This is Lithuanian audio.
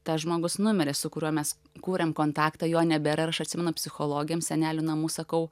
tas žmogus numirė su kuriuo mes kūrėme kontaktą jo nebėra aš atsimenu psichologėms senelių namų sakau